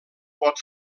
pot